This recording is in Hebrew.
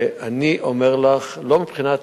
ואני אומר לך, לא מבחינת